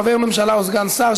חבר ממשלה או סגן שר),